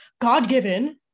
God-given